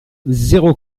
zéro